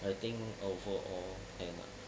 I think overall have